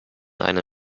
eine